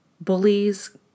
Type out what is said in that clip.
Bullies